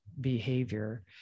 behavior